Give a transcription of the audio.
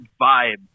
vibe